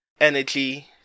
energy